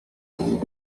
bubi